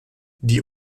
die